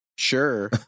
Sure